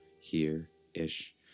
here-ish